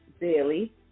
daily